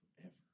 forever